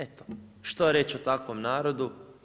Eto što reći o takvom narodu?